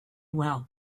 well